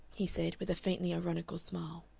he said, with a faintly ironical smile.